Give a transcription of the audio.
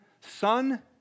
Son